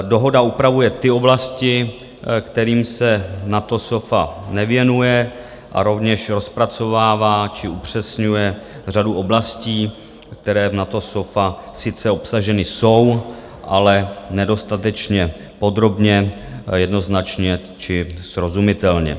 Dohoda upravuje ty oblasti, kterým se NATO SOFA nevěnuje, a rovněž rozpracovává či upřesňuje řadu oblastí, které v NATO SOFA sice obsaženy jsou, ale nedostatečně podrobně, jednoznačně či srozumitelně.